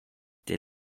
der